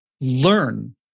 learn